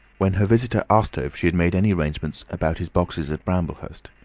when her visitor asked her if she had made any arrangements about his boxes at bramblehurst.